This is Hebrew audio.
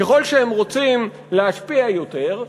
ככל שהם רוצים להשפיע יותר,